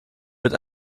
wird